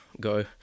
go